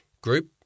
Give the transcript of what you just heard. group